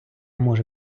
може